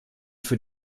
für